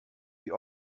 die